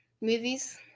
Movies